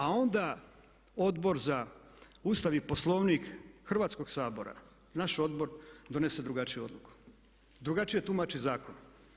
A onda Odbor za Ustav i Poslovnik Hrvatskog sabora, naš odbor, donese drugačiju odluku, drugačije tumači zakon.